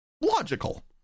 logical